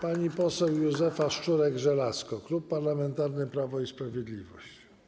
Pani poseł Józefa Szczurek-Żelazko, Klub Parlamentarny Prawo i Sprawiedliwość.